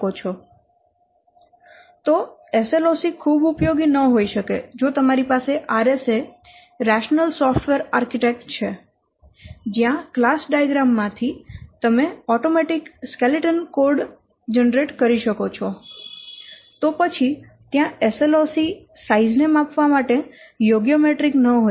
તો SLOC ખૂબ ઉપયોગી ન હોય શકે જો તમારી પાસે RSA રેશનલ સોફ્ટવેર આર્કિટેક્ટ છે જ્યાં કલાસ ડાયાગ્રામ માંથી તમે ઓટોમેટીક સ્કેલેટન કોડ જનરેટ કરી શકો છો તો પછી ત્યાં SLOC સાઈઝ ને માપવા માટે યોગ્ય મેટ્રિક ન હોઈ શકે